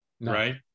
right